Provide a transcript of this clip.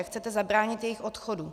Jak chcete zabránit jejich odchodu.